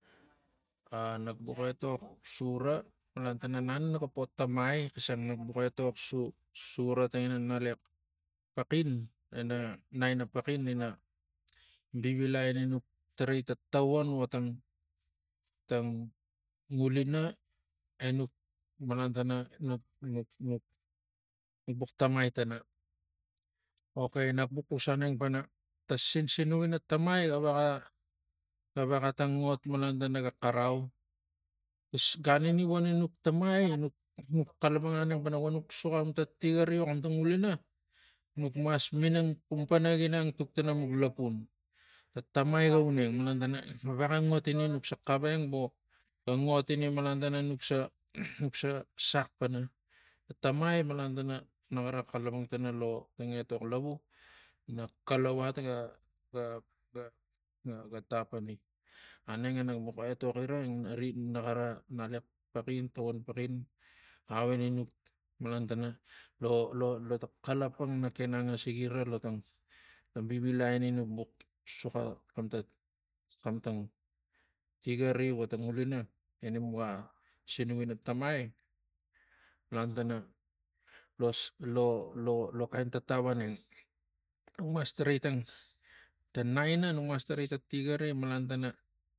A nak bux etok sura malan tana naniu naga po tamai xisang nank bux etok su- su sura ta ngina ngalaxes paxin e naina paxin paxin ina vivilai ina nuk tarai ta tavan vota ngulina enuk malan tana nuk- nuk- nuk bux tamai tana ok nak bux xus aneng pana ta sinsinuk ina tamai ga vexa ga vexa tang ot malan tana ga xavau gan ini voneng nuk tamai nuk- nuk xalapang aneng pana vonuk suxa xamatang tigari vo xamatang ngulina nuk mas minang xum pana ginang tuk tana nuk lapun to tamai ga uneng malang tana uneng malan tana ga vexani nuxse xaveng vo ga ngot ini malan tana nuk se nukse sax pana ta tam ai malan tana naxara xalapang tana lo ta etok lavu na kalau at ga- ga- ga- ga tapani aneng e na bux etok ina naxara ngalaxex paxin tavan paxin au ini nuk malan tana lo- lo- lo xalapang nak ken angasikira lo tang ta vivilai ini nuk bux suxa xam ta xam tang tigari vo tang ngulina ina muga sinuk ina tamai malang tana lo- lo- lo kain tatau aneng nuk mas tarai tang tang ta naina nuk mas tarai ta tigari malan tana